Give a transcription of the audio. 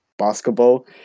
basketball